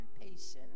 patience